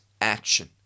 action